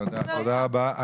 תודה רבה,